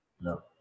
no